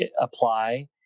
apply